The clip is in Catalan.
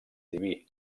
diví